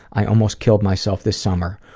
i almost killed myself this summer.